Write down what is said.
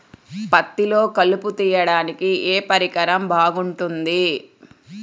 పత్తిలో కలుపు తీయడానికి ఏ పరికరం బాగుంటుంది?